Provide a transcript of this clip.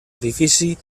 edifici